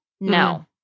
no